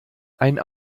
ein